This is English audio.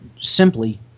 simply